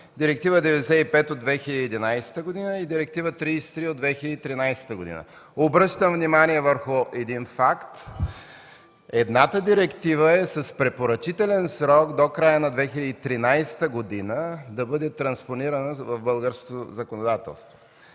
Директива 95/2011 и Директива 33/2013. Обръщам внимание върху един факт: едната директива е с препоръчителен срок – до края на 2013 г. да бъде транспонирана в българското законодателство.